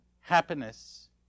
happiness